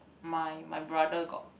my my brother got